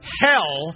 hell